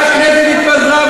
הכנסת התפזרה,